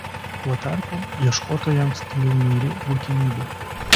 tuo tarpu ieškotojams tai jau niūri būtinybė